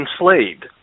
enslaved